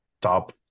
top